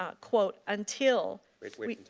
ah quote, until weight.